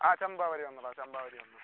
ആ ചെമ്പാവരി ഒന്ന് ഡാ ചെമ്പാവരി ഒന്ന്